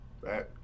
Right